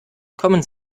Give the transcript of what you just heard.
kommen